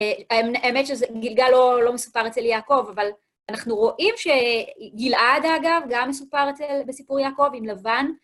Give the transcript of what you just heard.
האמת שגלגל לא מסופר אצל יעקב, אבל אנחנו רואים שגלעד אגב, גם מסופר בסיפור יעקב עם לבן.